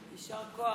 יישר כוח.